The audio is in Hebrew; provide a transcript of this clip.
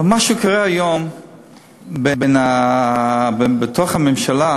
אבל מה שקורה היום בתוך הממשלה,